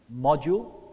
module